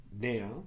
now